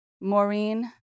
maureen